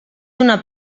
una